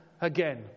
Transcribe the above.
again